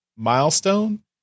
Milestone